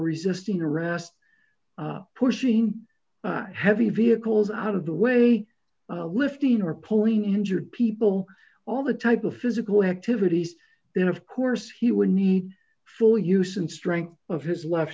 resisting arrest pushing heavy vehicles out of the way lifting or pulling injured people all the type of physical activities then of course he would need full use and strength of his left